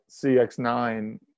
CX-9